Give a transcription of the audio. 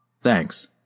Thanks